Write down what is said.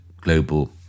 global